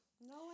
No